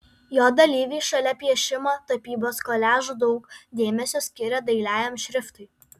jo dalyviai šalia piešimo tapybos koliažų daug dėmesio skiria dailiajam šriftui